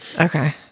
Okay